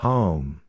Home